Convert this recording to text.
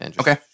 Okay